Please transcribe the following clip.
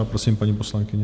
Prosím, paní poslankyně.